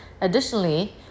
Additionally